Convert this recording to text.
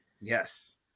Yes